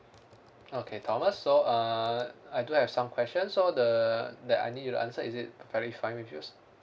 okay thomas so uh I do have some questions so the that I need you to answer is it perfectly fine with you